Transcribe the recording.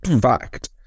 fact